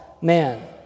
man